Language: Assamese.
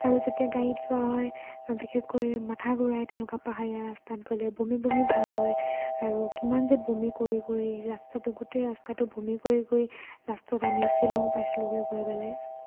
আৰু যেতিয়া গাড়ীত যোৱা হয় বিশেষকৈ মাথা ঘূৰাই তেনেকুৱা পাহাৰীয়া ৰাস্তাত গ'লে বমি বমি ভাৱ হয় আৰু কিমান যে বমি কৰি কৰি ৰাস্তাটো গোটেই ৰাস্তাটো বমি কৰি কৰি লাষ্টত আমি শ্বিলং পাইছিলোগৈ গৈ পেলাই